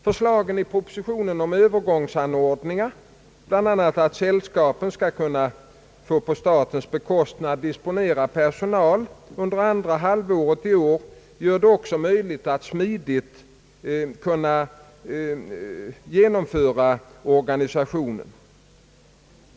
Förslagen i propositionen om Öövergångsanordningar, bl.a. att sällskapen skall på statens bekostnad få disponera personal under andra halvåret i år, gör det också möjligt att smidigt genomföra organisationen.